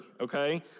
okay